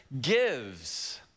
gives